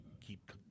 keep